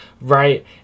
right